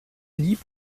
lieb